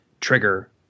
trigger